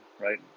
right